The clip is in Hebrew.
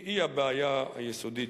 הוא הבעיה היסודית,